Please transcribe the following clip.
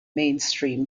mainstream